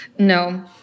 No